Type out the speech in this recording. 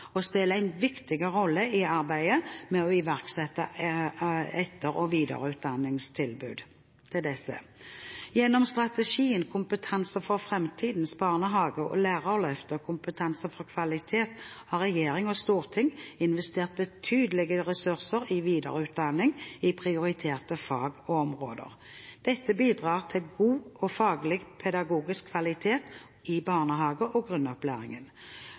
en viktig rolle i arbeidet med å iverksette etter- og videreutdanningstilbud til disse. Gjennom strategiene Kompetanse for framtidens barnehage, Lærerløftet og Kompetanse for kvalitet har regjering og storting investert betydelige ressurser i videreutdanning i prioriterte fag og områder. Dette bidrar til god faglig og pedagogisk kvalitet i barnehage og i grunnopplæringen,